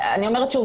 אני אומרת שוב,